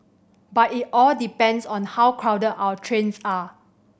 but it all depends on how crowded our trains are